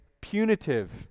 punitive